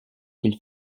qu’il